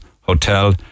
hotel